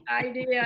idea